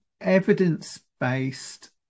evidence-based